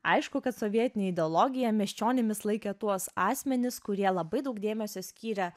aišku kad sovietinė ideologija miesčionimis laikė tuos asmenis kurie labai daug dėmesio skyrė